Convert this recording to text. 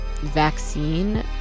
vaccine